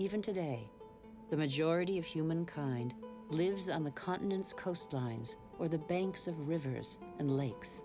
even today the majority of humankind lives on the continent's coastlines or the banks of rivers and lakes